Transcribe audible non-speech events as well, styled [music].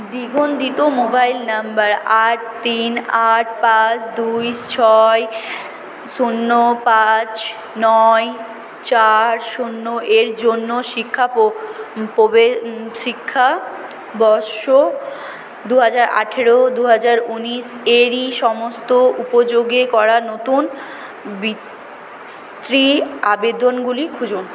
[unintelligible] mobile নম্বর আট তিন আট পাঁচ দুই ছয় শূন্য পাঁচ নয় চার শূন্য এর জন্য শিক্ষা [unintelligible] শিক্ষা বর্ষ দু হাজার আঠেরো দু হাজার উনিশ এরই সমস্ত উপযোগে করা নতুন বৃত্তি আবেদনগুলি খুঁজুন